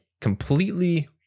completely